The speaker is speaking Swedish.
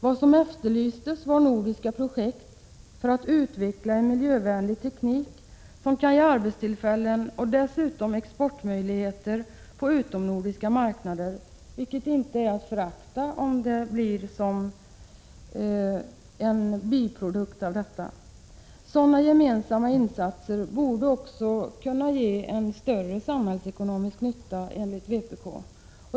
Vad som efterlystes var nordiska projekt avsedda för att utveckla en miljövänlig teknik som kan ge arbetstillfällen och även exportmöjligheter på utomnordiska marknader, vilket inte är att förakta — om det nu skulle bli en biprodukt av allt detta. Sådana gemensamma insatser borde också kunna vara till större samhällsekonomisk nytta enligt vpk.